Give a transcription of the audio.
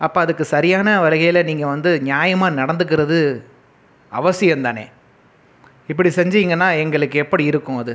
அப்போ அதுக்கு சரியான வகையில் நீங்கள் வந்து நியாயமாக நடந்துக்குறது அவசியம் தானே இப்படி செஞ்சீங்கன்னா எங்களுக்கு எப்படி இருக்கும் அது